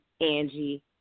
Angie